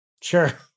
Sure